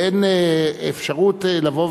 ואין אפשרות לבוא